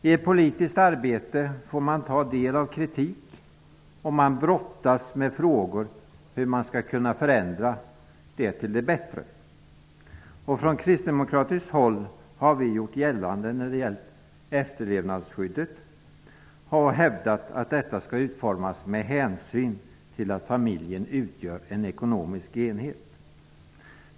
I ett politiskt arbete får man ta del av kritik, och man brottas med frågor om hur man skall kunna förändra till det bättre. Från kristdemokratiskt håll har vi hävdat att efterlevandeskyddet skall utformas med hänsyn till att familjen utgör en ekonomisk enhet.